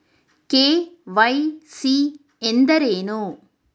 KYC ಎಂದರೇನು?